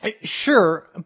Sure